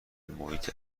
محیط